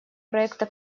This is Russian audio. проекта